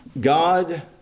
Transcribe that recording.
god